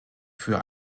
für